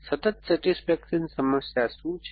સતત સેટિસ્ફેક્શન સમસ્યા શું છે